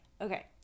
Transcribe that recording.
Okay